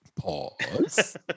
pause